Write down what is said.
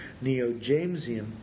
Neo-Jamesian